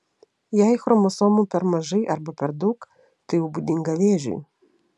jei chromosomų per mažai arba per daug tai jau būdinga vėžiui